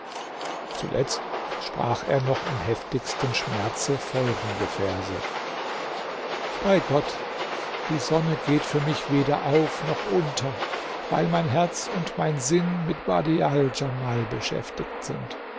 zuletzt sprach er noch im heftigsten schmerze folgende verse bei gott die sonne geht für mich weder auf noch unter weil mein herz und mein sinn mit badial djamal beschäftigt sind